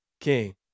king